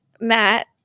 Matt